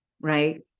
right